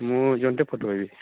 ମୁଁ ଜଣଟେ ଫଟୋ ହେବି